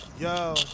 Yo